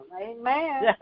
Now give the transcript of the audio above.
Amen